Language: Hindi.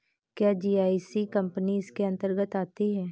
क्या जी.आई.सी कंपनी इसके अन्तर्गत आती है?